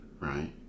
right